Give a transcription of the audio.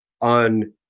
on